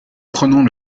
prenons